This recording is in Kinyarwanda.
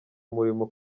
umurimo